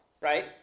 right